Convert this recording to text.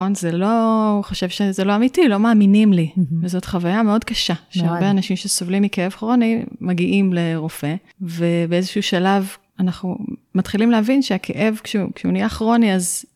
זה לא, הוא חושב שזה לא אמיתי, לא מאמינים לי. וזאת חוויה מאוד קשה, שהרבה אנשים שסובלים מכאב כרוני מגיעים לרופא, ובאיזשהו שלב אנחנו מתחילים להבין שהכאב, כשהוא נהיה כרוני אז...